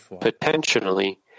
potentially